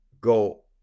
go